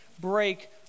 break